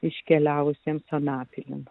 iškeliavusiems anapilin